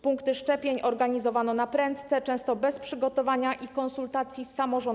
Punkty szczepień organizowano naprędce, często bez przygotowania i konsultacji z samorządami.